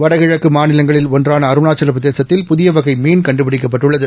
வடகிழக்கு மாநிலங்களில் ஒன்றான அருணாச்சலப்பிரதேசத்தில் புதிய வகை மீன் கண்டுபிடிக்கப்பட்டுள்ளது